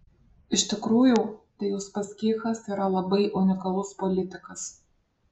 iš tikrųjų tai uspaskichas yra labai unikalus politikas